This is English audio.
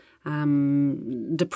Depression